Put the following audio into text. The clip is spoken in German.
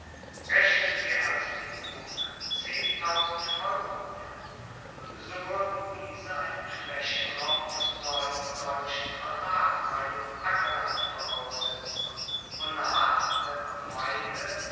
rechnen wir als minimum vollhufen so wuerden diese einen flaechenraum von deutschen quadratmeilen ackerland voraussetzen wonach wenn man weide